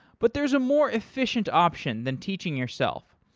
but there is a more efficient option than teaching yourself.